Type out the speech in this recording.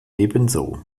ebenso